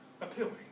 appealing